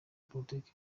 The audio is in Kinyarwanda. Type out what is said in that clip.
politiki